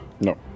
No